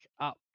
up